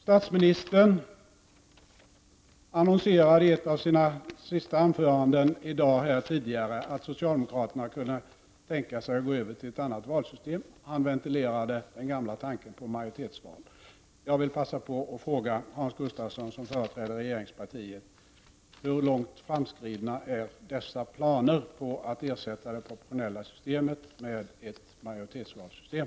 Statsministern annonserade i ett av sina sista anföranden tidigare här i dag att socialdemokraterna kunde tänka sig att gå över till ett annat valsystem. Han ventilerade den gamla tanken på majoritetsval. Jag vill passa på att fråga Hans Gustafsson som företrädare för regeringspartiet: Hur långt framskridna är dessa planer på att ersätta det proportionella systemet med ett majoritetsvalsystem?